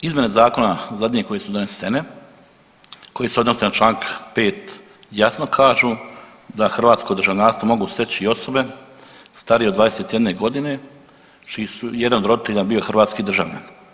Izmjene zakona zadnje koje su donesene, koje se odnose na čl. 5. jasno kažu da hrvatsko državljanstvo mogu steći i osobe starije od 21.g. čiji je jedan od roditelja bio hrvatski državljanin.